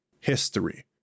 History